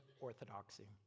orthodoxy